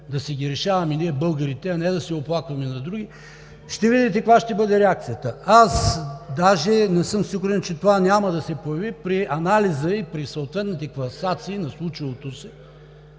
да си ги решаваме ние българите, а не да се оплакваме на други, ще видите каква ще бъде реакцията. Аз даже не съм сигурен, че това няма да се появи при анализа и при съответните класации на случилото се